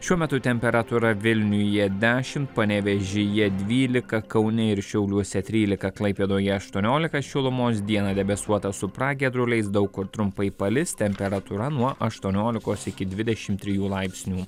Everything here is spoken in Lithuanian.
šiuo metu temperatūra vilniuje dešimt panevėžyje dvylika kaune ir šiauliuose trylika klaipėdoje aštuoniolika šilumos dieną debesuota su pragiedruliais daug kur trumpai palis temperatūra nuo aštuoniolikos iki dvidešimt trijų laipsnių